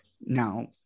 Now